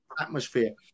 atmosphere